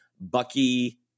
Bucky